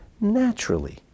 Naturally